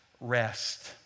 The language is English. rest